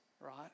right